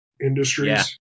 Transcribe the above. Industries